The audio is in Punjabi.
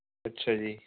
ਅੱਛਾ ਜੀ